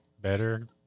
better